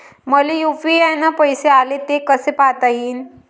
मले यू.पी.आय न पैसे आले, ते कसे पायता येईन?